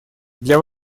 для